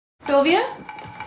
Sylvia